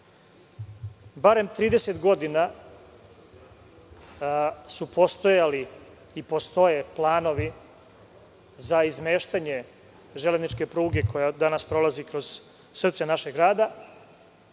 30 godina su postojali i postoje planovi za izmeštanje železničke pruge koja danas prolazi kroz srce našeg grada